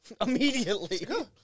Immediately